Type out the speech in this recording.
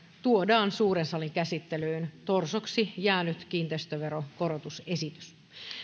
tuodaan suuren salin käsittelyyn torsoksi jäänyt kiinteistöveron korotusesitys